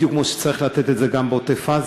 בדיוק כמו שצריך לתת גם בעוטף-עזה,